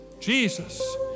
Jesus